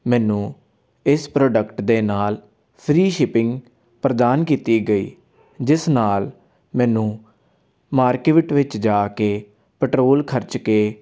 ਮੈਨੂੰ ਇਸ ਪ੍ਰੋਡਕਟ ਦੇ ਨਾਲ ਫਰੀ ਸ਼ਿਪਿੰਗ ਪ੍ਰਦਾਨ ਕੀਤੀ ਗਈ ਜਿਸ ਨਾਲ ਮੈਨੂੰ ਮਾਰਕਵਿਟ ਵਿੱਚ ਜਾ ਕੇ ਪੈਟਰੋਲ ਖ਼ਰਚ ਕੇ